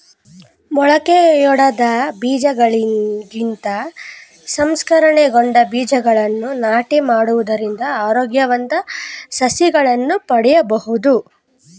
ಮೊಳಕೆಯೊಡೆದ ಬೀಜಗಳಿಗಿಂತ ಸಂಸ್ಕರಣೆಗೊಂಡ ಬೀಜಗಳನ್ನು ನಾಟಿ ಮಾಡುವುದರಿಂದ ಆರೋಗ್ಯವಂತ ಸಸಿಗಳನ್ನು ಪಡೆಯಬೋದು